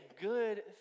good